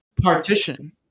partition